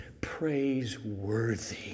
praiseworthy